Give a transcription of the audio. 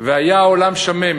והיה העולם שמם